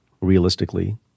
realistically